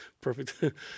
perfect